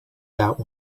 that